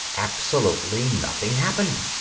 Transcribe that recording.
absolutely nothing happened.